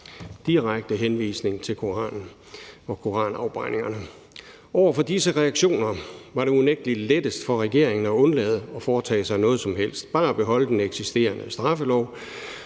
direkte henvisning til Koranen og koranafbrændingerne. Over for disse reaktioner var det unægtelig lettest for regeringen at undlade at foretage sig noget som helst, men bare beholde den eksisterende straffelov.